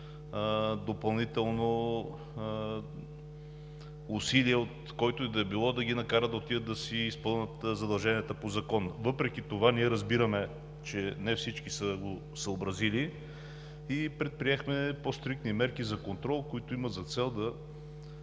допълнително усилие от който и да е било да ги накара да отидат да си изпълнят задълженията по закон. Въпреки това ние разбираме, че не всички са го съобразили, и предприехме по-стриктни мерки за контрол, които имат за цел